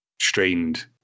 strained